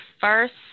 first